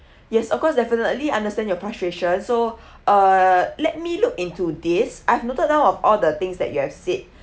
yes of course definitely understand your frustration so uh let me look into this I've noted down of all the things that you have said